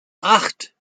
acht